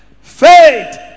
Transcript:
Faith